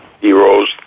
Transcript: heroes